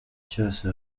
cyose